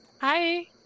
Hi